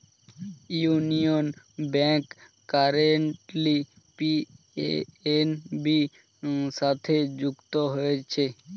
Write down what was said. union Bank currently PNB সাথে যুক্ত হয়েছে